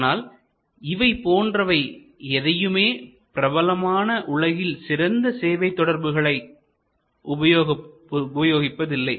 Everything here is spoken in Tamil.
ஆனால் இவை போன்றவை எதையுமே பிரபலமான உலகில் சிறந்த சேவை தொடர்புகளை உபயோகிப்பதில்லை